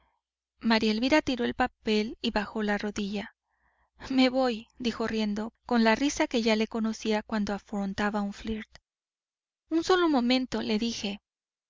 maría elvira tiró el papel y bajó la rodilla me voy me dijo riendo con la risa que ya le conocía cuando afrontaba un flirt un solo momento le dije